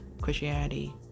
Christianity